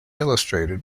illustrated